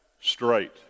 straight